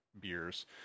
beers